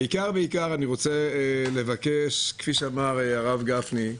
בעיקר אני רוצה לבקש, כפי שאמר הרב גפני,